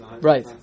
Right